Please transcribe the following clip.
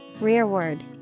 Rearward